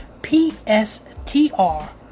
pstr